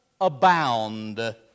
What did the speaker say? abound